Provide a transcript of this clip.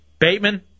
Bateman